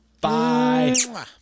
Bye